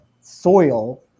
soil